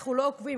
אנחנו לא עוקבים,